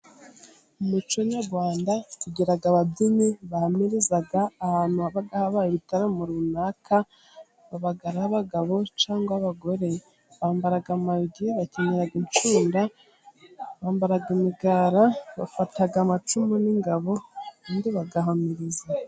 Mu muco nyarwanda tugira ababyinnyi bahamiriza, ahantu haba habaye ibitaramo runaka, baba abagabo cyangwa abagore bambara amayugi, bakenyera inshunda, bambara imigara, bafata amacumu n'ingabo, ubundi bagahamiriza.